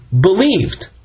believed